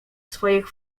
swoich